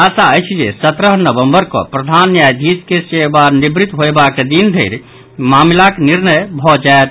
आशा अछि जे सत्रह नवम्बर कऽ प्रधान न्यायाधीश के सेवानिवृत होयबाक दिन धरि मामिलाक निर्णय भऽ जायत